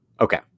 Okay